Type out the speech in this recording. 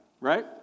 right